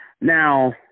Now